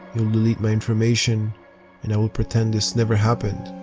you'll delete my information and i will pretend this never happened,